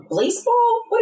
baseball